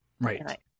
right